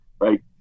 right